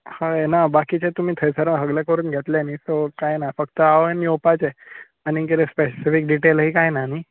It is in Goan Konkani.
हय ना बाकीचें तुमी थंयसर सगलें करून घेतले न्ही सो कांय ना फक्त हांवें येवपाचें आनी कितें स्पॅसिफीक डिटेल अशी कांय ना न्ही